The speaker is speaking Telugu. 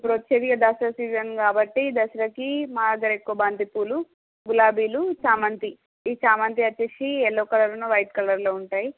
ఇప్పుడు వచ్చేది దసరా సీజన్ కాబట్టి ఈ దసరాకి మా దగ్గర ఎక్కువ బంతిపూలు గులాబీలు చామంతి ఈ చామంతి వచ్చేసి ఎల్లో కలర్ లో వైట్ కలర్ లో ఉంటాయి